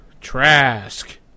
Trask